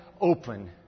open